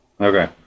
Okay